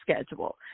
schedule